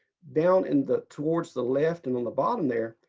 down in the towards the left and on the bottom there.